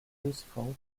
useful